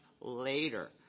later